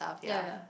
ya